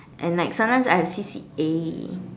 and like sometimes I have C_C_A